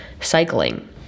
cycling